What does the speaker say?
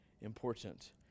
important